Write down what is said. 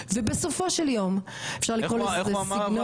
ובסופו של יום אפשר לקרוא לזה סגנון.